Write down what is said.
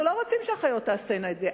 אנחנו לא רוצים שהאחיות תעשינה את זה,